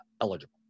eligible